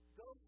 go